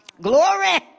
Glory